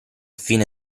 fine